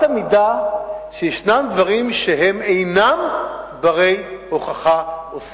אמת המידה, שיש דברים שהם אינם בני הוכחה או שיח,